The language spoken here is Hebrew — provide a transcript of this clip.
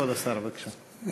כבוד השר, בבקשה.